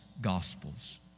gospels